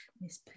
Miss